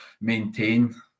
maintain